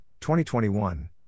2021